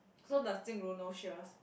so does Jing Ru know